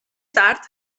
tard